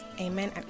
amen